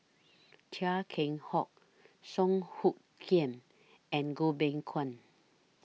Chia Keng Hock Song Hoot Kiam and Goh Beng Kwan